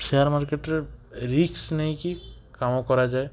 share ମାର୍କେଟରେ ରିକ୍ସ ନେଇକି କାମ କରାଯାଏ